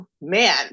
man